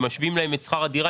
שמשווים להם את שכר הדירה.